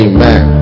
Amen